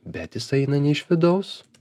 bet jis eina ne iš vidaus